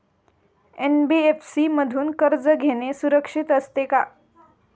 NBFC मधून कर्ज घेणे सुरक्षित असते का?